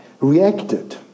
reacted